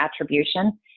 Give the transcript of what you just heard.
attribution